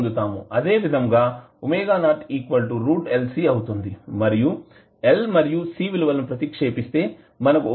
అదేవిధంగా ⍵0 √LC అవుతుంది మరియు L మరియు C విలువలు ని ప్రతిక్షేపిస్తే మనకు ⍵0 2